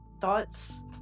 thoughts